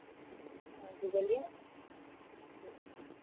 हाँ जी बोलिए जी